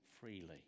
freely